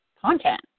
content